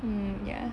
hmm ya